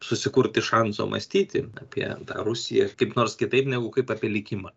susikurti šanso mąstyti apie tą rusiją kaip nors kitaip negu kaip apie likimą